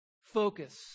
Focus